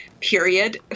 period